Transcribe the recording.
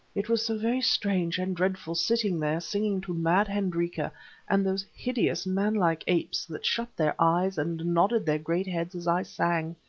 it was so very strange and dreadful sitting there singing to mad hendrika and those hideous man-like apes that shut their eyes and nodded their great heads as i sang.